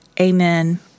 amen